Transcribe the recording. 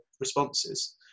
responses